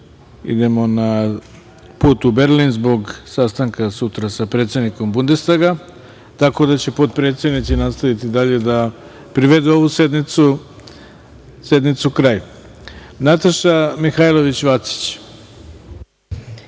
idemo na put u Berlin zbog sastanka sutra sa predsednikom Bundestaga, tako da će potpredsednici nastaviti dalje da privedu ovu sednicu kraju. Reč ima Nataša Mihajlović Vacić.